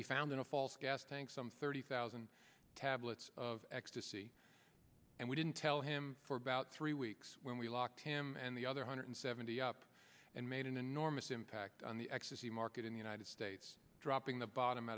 we found in a false gas tank some thirty thousand tablets of ecstasy and we didn't tell him for about three weeks when we locked him and the other hundred seventy up and made an enormous impact on the ecstasy market in the united states dropping the bottom